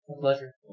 pleasure